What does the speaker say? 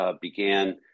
began